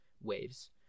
waves